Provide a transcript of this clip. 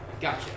Gotcha